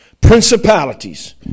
Principalities